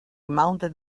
mounted